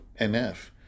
NF